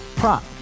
prop